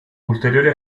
ulteriori